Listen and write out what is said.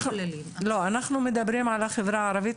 אנחנו מדברים על החברה הערבית,